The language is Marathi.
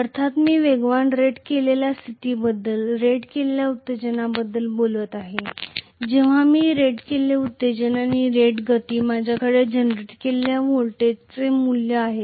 अर्थात मी वेगवान रेट केलेल्या स्थितीबद्दल रेट केलेल्या उत्तेजनाबद्दल बोलत आहे जेव्हा मी रेट केलेले एक्साइटेशन आणि रेट गती माझ्याकडे जनरेट केलेल्या व्होल्टेजचे मूल्य आहे